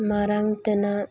ᱢᱟᱲᱟᱝ ᱛᱮᱱᱟᱜ